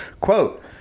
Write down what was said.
Quote